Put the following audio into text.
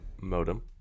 modem